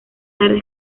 tarde